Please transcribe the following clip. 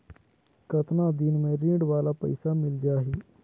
कतना दिन मे ऋण वाला पइसा मिल जाहि?